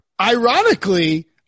Ironically